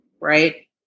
right